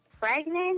pregnant